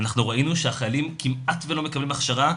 אנחנו ראינו שהחיילים כמעט ולא מקבלים הכשרה,